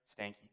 stanky